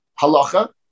halacha